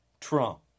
Trump